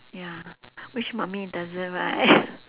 ya which mummy doesn't right